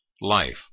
life